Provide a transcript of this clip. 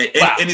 Wow